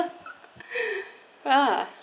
ya